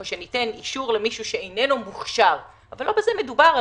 או שניתן אישור למישהו שאיננו מוכשר; אבל לא בזה מדובר,